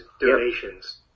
donations